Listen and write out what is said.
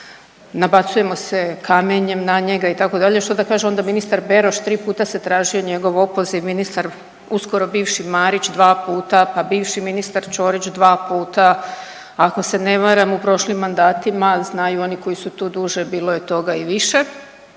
Nabacujemo se kamenjem na njega itd., što da kaže onda ministar Beroš, 3 puta se tražio njegov opoziv, ministar uskoro bivši Marić 2 puta, pa bivši ministar Čorić 2 puta, ako se ne varam u prošlim mandatima znaju oni koji su tu duže, bilo je toga i više.